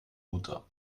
mutter